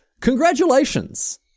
congratulations